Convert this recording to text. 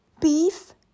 beef